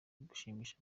gushimisha